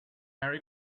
harry